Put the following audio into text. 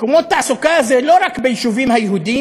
מקומות תעסוקה זה לא רק ביישובים היהודיים,